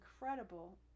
incredible